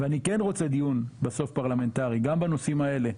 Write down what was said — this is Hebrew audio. ואני כן רוצה דיון בסוף פרלמנטרי גם בנושאים האלה,